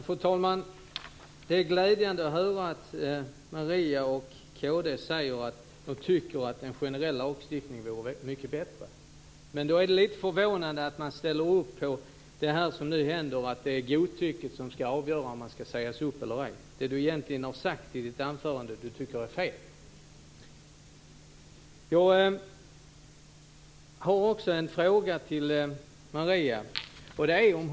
Fru talman! Det är glädjande att höra att Maria Larsson och kristdemokraterna tycker att en generell lagstiftning vore mycket bättre. Men då är det lite förvånande att man ställer upp på att det är godtycket som ska avgöra om en person ska sägas upp eller ej. Det är det som Maria Larsson i sitt anförande har sagt att hon egentligen tycker är fel.